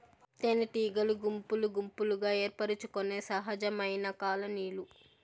తేనెటీగలు గుంపులు గుంపులుగా ఏర్పరచుకొనే సహజమైన కాలనీలు